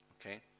Okay